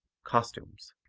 costumes,